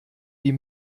die